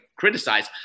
criticize